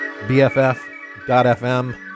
BFF.FM